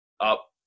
up